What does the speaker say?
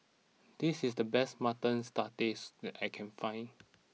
this is the best Mutton Satay that I can find